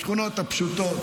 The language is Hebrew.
מהשכונות הפשוטות,